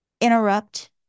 interrupt